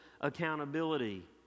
accountability